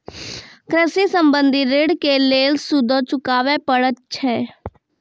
कृषि संबंधी ॠण के लेल सूदो चुकावे पड़त छै?